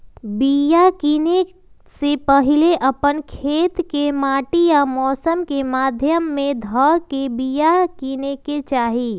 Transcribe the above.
बिया किनेए से पहिले अप्पन खेत के माटि आ मौसम के ध्यान में ध के बिया किनेकेँ चाही